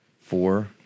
four